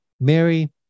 Mary